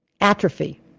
Atrophy